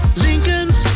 lincolns